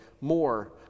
more